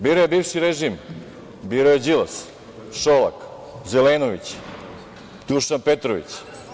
Birao je bivši režim, Đilas, Šolak, Zelenović, Dušan Petrović.